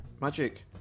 magic